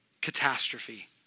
Catastrophe